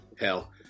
Hell